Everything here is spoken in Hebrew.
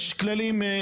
יש כללים.